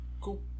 cool